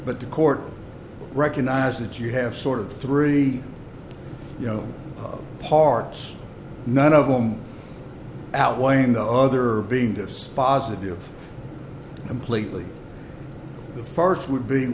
but the court recognized that you have sort of three you know parts none of them out weighing the other being dispositive completely the first would be